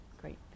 Great